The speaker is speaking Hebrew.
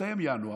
הסתיים ינואר,